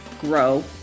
grow